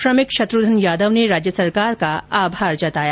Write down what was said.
श्रमिक शत्र्धन यादव ने राज्य सरकार का आभार जताया